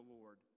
Lord